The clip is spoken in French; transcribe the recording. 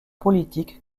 politique